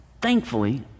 thankfully